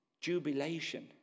jubilation